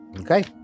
Okay